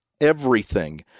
everything